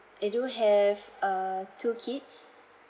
I do have err two kids